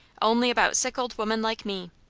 only about sick old women like me.